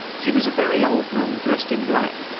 she was a very old nun, dressed in black,